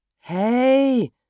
Hey